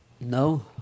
No